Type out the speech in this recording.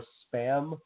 spam